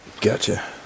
Gotcha